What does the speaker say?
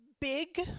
big